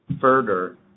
further